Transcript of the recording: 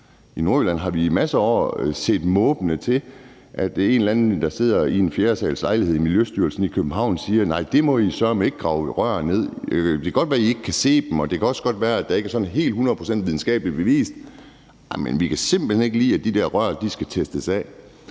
I Nordjylland har vi i masser af år set måbende til, når en eller anden fra Miljøstyrelsen har siddet i en fjerdesalslejlighed i København og sagt: Nej, I må sørme ikke grave rør ned; det kan godt være, I ikke kan se dem, og det kan også godt være, at det ikke er sådan et hundrede procent videnskabeligt bevist, men vi kan simpelt hen ikke lide, at de der rør skal testes af.